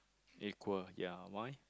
equal ya why